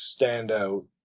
standout